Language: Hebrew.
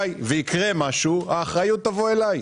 ויקרה משהו האחריות תעבור אליי.